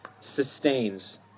sustains